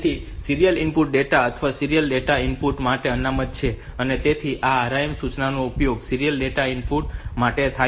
તેથી આ serial input data અથવા સીરીયલ ડેટા ઇનપુટ માટે અનામત છે તેથી આ RIM સૂચનાનો ઉપયોગ સીરીયલ ડેટા ઇનપુટ માટે પણ થાય છે